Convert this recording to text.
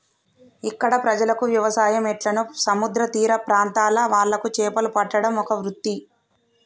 ఇక్కడ ప్రజలకు వ్యవసాయం ఎట్లనో సముద్ర తీర ప్రాంత్రాల వాళ్లకు చేపలు పట్టడం ఒక వృత్తి